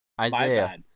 Isaiah